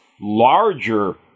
larger